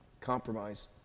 Compromise